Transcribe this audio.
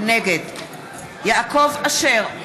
נגד יעקב אשר,